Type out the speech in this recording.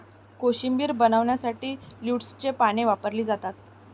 कोशिंबीर बनवण्यासाठी लेट्युसची पाने वापरली जातात